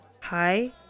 Hi